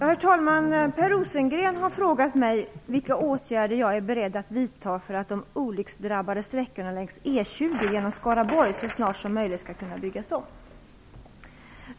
Herr talman! Per Rosengren har frågat mig vilka åtgärder jag är beredd att vidta för att de olycksdrabbade sträckorna längs E 20 genom Skaraborg så snart som möjligt skall byggas om.